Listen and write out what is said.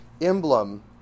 emblem